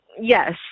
Yes